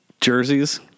jerseys